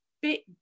bit